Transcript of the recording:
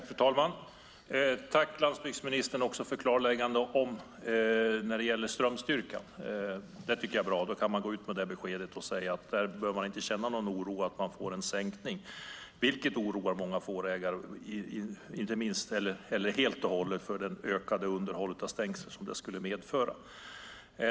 Fru talman! Jag tackar landsbygdsministern för klarläggandet om strömstyrkan. Detta tycker jag är bra. Då kan man gå ut med det beskedet och säga att det inte finns anledning till någon oro över sänkning. Detta oroar många fårägare på grund av det ökade underhåll av stängslen som det skulle medföra.